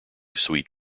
sweet